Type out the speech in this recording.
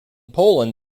poland